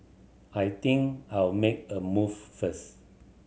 I think I'll make a move first